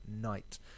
night